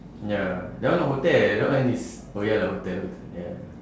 ya that one hotel that one is oh ya the hotel ya